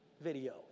video